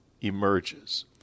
emerges